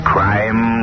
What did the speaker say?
Crime